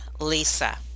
Lisa